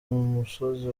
musozi